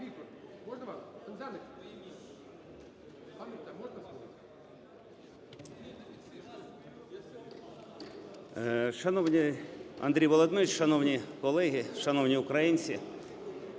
Шановний Андрій Володимирович! Шановні колеги! Шановні українці!